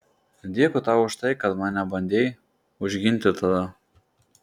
dėkui tau už tai kad mane bandei užginti tada